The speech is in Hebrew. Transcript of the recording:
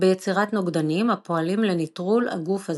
ביצירת נוגדנים הפועלים לניטרול הגוף הזר.